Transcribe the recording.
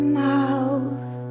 mouth